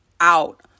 out